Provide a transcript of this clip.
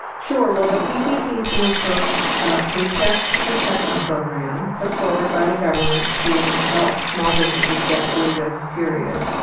sure. well, the ppp stands for ah paycheck protection program, put forward by the government to help small businesses get through this period,